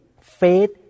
faith